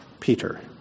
Peter